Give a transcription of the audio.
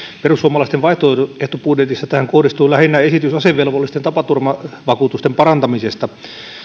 perussuomalaisten vaihtoehtobudjetissa tähän kohdistuu lähinnä esitys asevelvollisten tapaturmavakuutusten parantamisesta